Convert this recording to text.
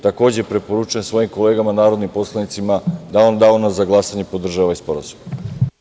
Preporučujem svojim kolegama, narodnim poslanicima da u danu za glasanje podrže ovaj sporazum.